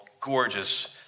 gorgeous